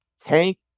Tank